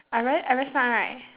I very I very smart right